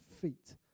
feet